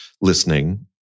listening